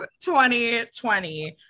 2020